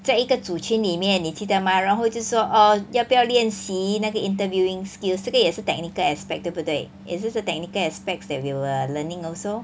在一个组群里面你记得吗然后就说 orh 要不要练习那个 interviewing skills 这个也是 technical aspect 对不对也是 technical aspects that we were learning also